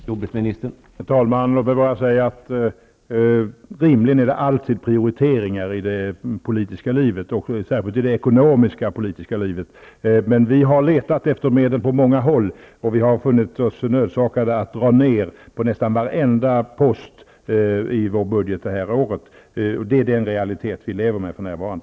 Herr talman! Låt mig bara säga att det rimligen alltid handlar om prioriteringar i det politiska livet, särskilt i det ekonomiska-politiska livet. Vi har letat efter medel på många håll, och vi har funnit oss nödsakade att dra ner på nästan varenda post i vår budget detta år. Det är den realitet vi lever med för närvarande.